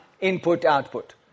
input-output